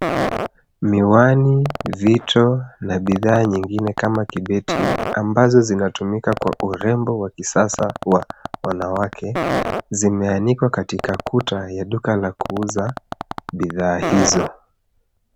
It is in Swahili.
Miwani nzito na bidhaa nyingine kama kibeti, ambazo zinatumika kwa urembo wa kisasa wa wanawake, zimeanikwa katika kuta ya duka la kuuza bidhaa hizo.